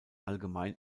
allgemein